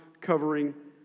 covering